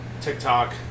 TikTok